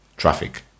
Traffic